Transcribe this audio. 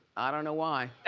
i don't know why.